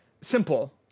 simple